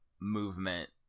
movement